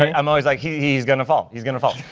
i'm always like, he's he's going to fall. he's going to fall.